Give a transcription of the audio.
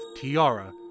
tiara